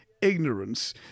ignorance